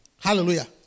Hallelujah